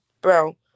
Bro